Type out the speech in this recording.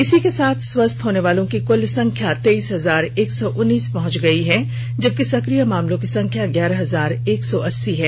इसी के साथ स्वस्थ होनेवालों की कुल संख्या तेईस हजार एक सौ उन्नीस पहुंच गई है जबकि सक्रिय मामलों की संख्या ग्यारह हजार एक सौ अस्सी है